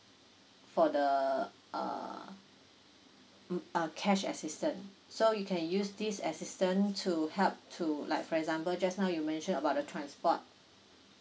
for the uh um cash assistant so you can use this assistant to help to like for example just now you mention about the transport